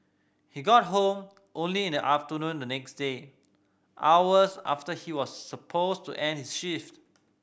he got home only in the afternoon the next day hours after he was supposed to end his shift